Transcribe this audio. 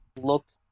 looked